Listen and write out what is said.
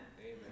Amen